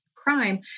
Crime